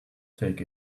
take